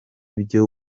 byo